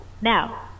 now